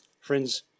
Friends